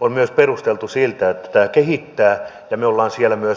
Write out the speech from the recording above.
on myös perusteltu sillä että tämä kehittää ja me olemme siellä myös oppimassa